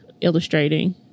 illustrating